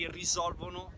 risolvono